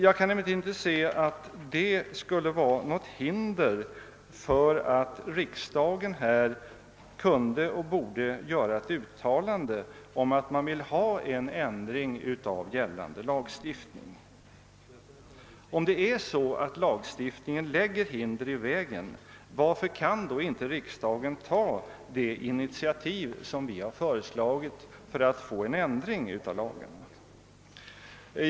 Jag kan emellertid inte se att detta skulle vara något hinder för att riksdagen skulle kunna göra ett uttalande om att den önskar en ändring av gällande lagstiftning. Om denna lagstiftning lägger hinder i vägen, varför kan då inte riksdagen ta det initiativ som vi har föreslagit för att få en ändring till stånd?